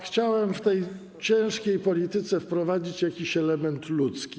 Chciałem w tej ciężkiej polityce wprowadzić jakiś element ludzki.